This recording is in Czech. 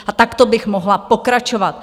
A takto bych mohla pokračovat.